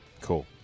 cool